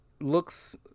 looks